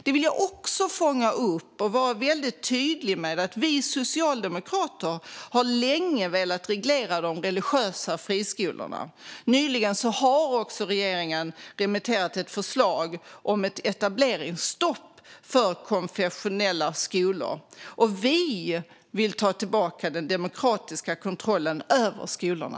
Det vill jag också fånga upp och vara väldigt tydlig med. Vi socialdemokrater har länge velat reglera de religiösa friskolorna. Nyligen har regeringen remitterat ett förslag om ett etableringsstopp för konfessionella skolor. Vi vill ta tillbaka den demokratiska kontrollen över skolorna.